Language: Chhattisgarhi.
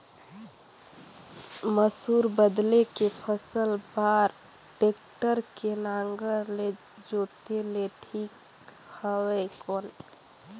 मसूर बदले के फसल बार टेक्टर के नागर ले जोते ले ठीक हवय कौन?